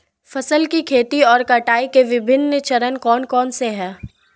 फसल की खेती और कटाई के विभिन्न चरण कौन कौनसे हैं?